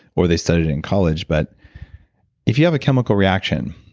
or they studied in college, but if you have a chemical reaction,